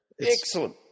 Excellent